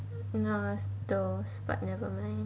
end of last thurs but never mind